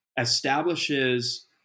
establishes